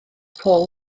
paul